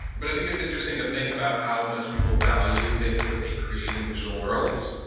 but i think it's interesting to think about how much people value things that they create in digital worlds.